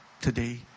today